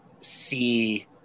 see